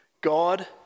God